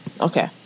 Okay